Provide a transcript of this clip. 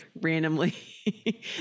randomly